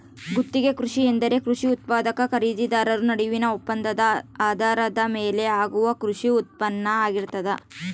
ಗುತ್ತಿಗೆ ಕೃಷಿ ಎಂದರೆ ಕೃಷಿ ಉತ್ಪಾದಕ ಖರೀದಿದಾರ ನಡುವಿನ ಒಪ್ಪಂದದ ಆಧಾರದ ಮೇಲೆ ಆಗುವ ಕೃಷಿ ಉತ್ಪಾನ್ನ ಆಗಿರ್ತದ